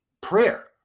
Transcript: prayer